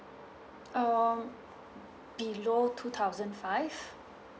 um below two thousand five